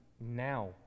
now